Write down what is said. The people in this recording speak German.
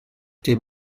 dem